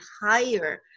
higher